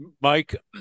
Mike